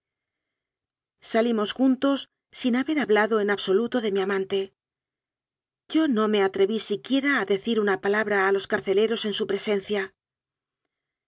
salimos juntos sin haber hablado en absoluto de mi amante yo no me atreví siquiera a decir una palabra a los carceleros en su presencia